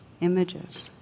images